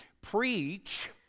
preach